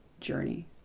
journey